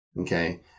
Okay